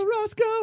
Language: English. Roscoe